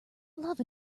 love